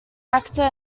actor